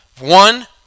One